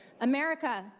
America